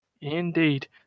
indeed